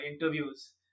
interviews